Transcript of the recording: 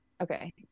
Okay